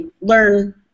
learn